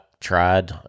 tried